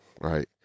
right